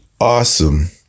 awesome